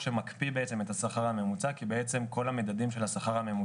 להוריד את זה ל-40% כדי לאפשר גם לאלה שמגיעים לרף של ה-40%